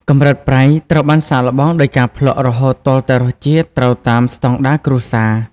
កម្រិតប្រៃ ត្រូវបានសាកល្បងដោយការភ្លក់រហូតទាល់តែរសជាតិត្រូវតាមស្តង់ដារគ្រួសារ។